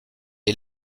est